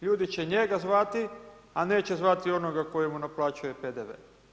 Ljudi će njega zvati a neće zvati onoga koji mu naplaćuje PDV.